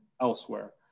elsewhere